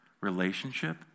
relationship